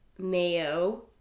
mayo